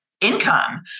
income